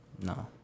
No